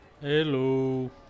Hello